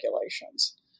regulations